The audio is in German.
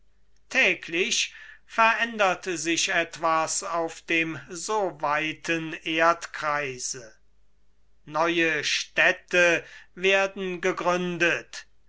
täglich verändert sich etwas auf dem so weiten erdkreise neue städte werden gegründet